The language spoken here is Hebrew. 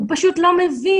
הוא פשוט לא מבין.